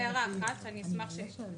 זו הערה אחת שאני אשמח שתתייחס.